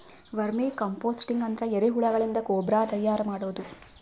vermi composting ಅಂದ್ರ ಎರಿಹುಳಗಳಿಂದ ಗೊಬ್ರಾ ತೈಯಾರ್ ಮಾಡದು